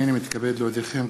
הנני מתכבד להודיעכם,